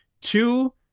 two